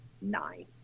nine